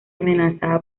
amenazada